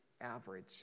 average